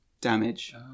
damage